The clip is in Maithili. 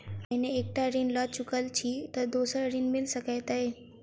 हम पहिने एक टा ऋण लअ चुकल छी तऽ दोसर ऋण मिल सकैत अई?